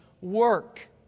work